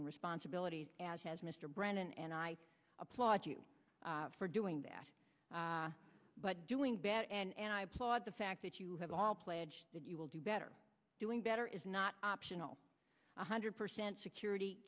taken responsibility as has mr brennan and i applaud you for doing that but doing better and i applaud the fact that you have all pledged that you will do better doing better is not optional one hundred percent security